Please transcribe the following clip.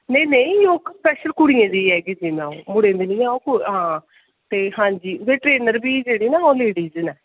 नेईं नेईं स्पेशल कुड़ियें दी मुड़े दी निं ऐ ओह् हां जी उद्धर ट्रेनर बी जेह्ड़े ना ओह् लेडीज़ न